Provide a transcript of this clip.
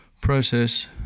process